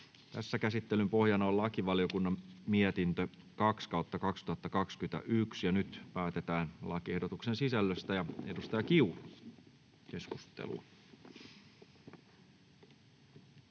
asia. Käsittelyn pohjana on lakivaliokunnan mietintö LaVM 2/2021 vp. Nyt päätetään lakiehdotusten sisällöstä. — Edustaja Kiuru. [Speech